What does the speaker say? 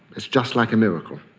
it's just like a miracle.